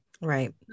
right